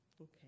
Okay